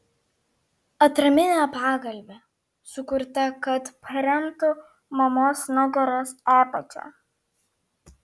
atraminė pagalvė sukurta kad paremtų mamos nugaros apačią